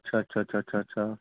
اچھا اچھا اچھا اچھا اچھا